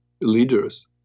leaders